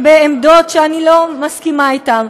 בעמדות שאני לא מסכימה איתן.